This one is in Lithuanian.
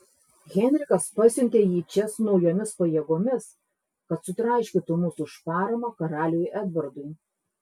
henrikas pasiuntė jį čia su naujomis pajėgomis kad sutraiškytų mus už paramą karaliui edvardui